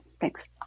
Thanks